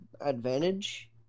advantage